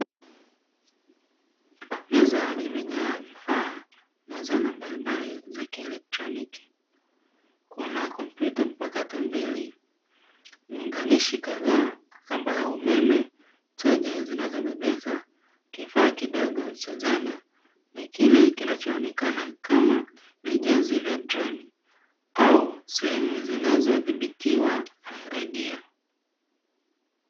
Meza imejaa vifaa na zana mbalimbali za kielektroniki kuna kompyuta mpakato mbili kadhaa kamba ya umeme, chaja zinazobebeka, kifaa kidogo cha dhana ni kile kinachoonekana kama vijenzi vya drone au sehemu zinazothibitiwa redio.